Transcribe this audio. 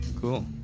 cool